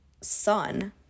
son